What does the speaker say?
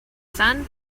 son